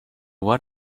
what